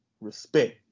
respect